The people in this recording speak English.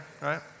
right